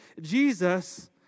Jesus